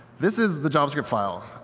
this is the javascript file.